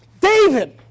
David